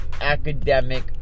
Academic